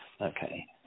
Okay